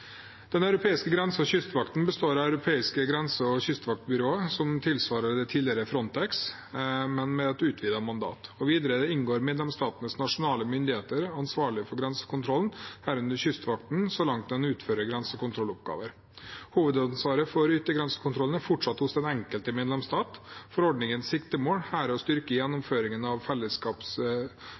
Den europeiske grense- og kystvakten består av et europeisk grense- og kystvaktbyrå, som tilsvarer tidligere Frontex, men med et utvidet mandat. Videre inngår medlemsstatenes nasjonale myndigheter, ansvarlige for grensekontroll, herunder Kystvakten så langt de utfører grensekontrolloppgaver. Hovedansvaret for yttergrensekontrollen er fortsatt hos den enkelte medlemsstat. Forordningens siktemål er å styrke gjennomføringen av